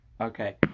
Okay